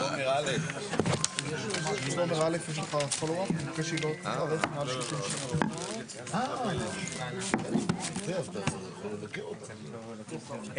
הישיבה ננעלה בשעה 12:40.